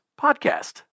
podcast